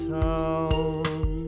town